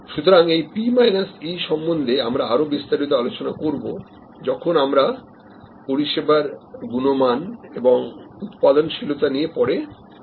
সুতরাং এই P Eসম্বন্ধে আমরা আরো বিস্তারিত আলোচনা করব যখন আমরা পরিষেবার গুণমান এবং উৎপাদনশীলতা নিয়ে পরে কথা বলব